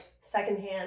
secondhand